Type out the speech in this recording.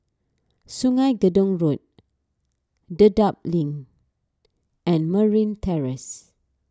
Sungei Gedong Road Dedap Link and Merryn Terrace